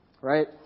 Right